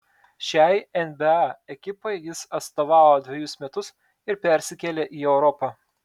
šiai nba ekipai jis atstovavo dvejus metus ir persikėlė į europą